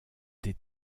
des